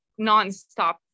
nonstop